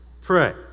pray